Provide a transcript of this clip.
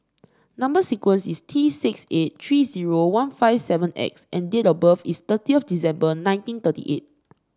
number sequence is T six eight three zero one five seven X and date of birth is thirty of December nineteen thirty eight